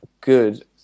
good